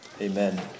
Amen